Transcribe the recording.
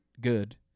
good